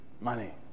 Money